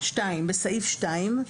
(2)בסעיף 2,